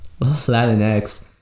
Latinx